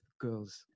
girls